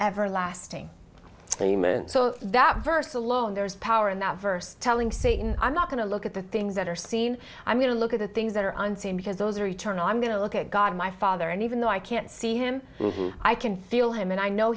everlasting so that verse alone there is power in that verse telling satan i'm not going to look at the things that are seen i'm going to look at the things that are on scene because those are eternal i'm going to look at god my father and even though i can't see him i can feel him and i know